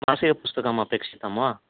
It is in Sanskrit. मासिकपुस्तकम् अपेक्षितं वा